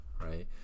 right